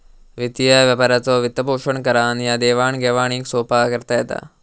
वित्तीय व्यापाराचो वित्तपोषण करान ह्या देवाण घेवाणीक सोप्पा करता येता